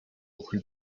who